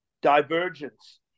divergence